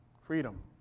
Freedom